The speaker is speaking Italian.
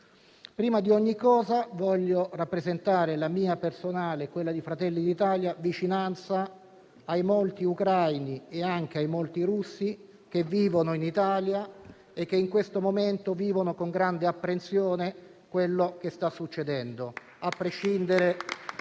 Prima di ogni cosa voglio rappresentare la vicinanza mia personale e quella di Fratelli d'Italia ai molti ucraini e russi che vivono in Italia e che in questo momento vivono con grande apprensione quello che sta succedendo, a prescindere